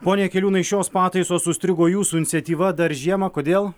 pone jakeliūnai šios pataisos užstrigo jūsų iniciatyva dar žiemą kodėl